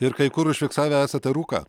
ir kai kur užfiksavę esate rūką